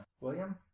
William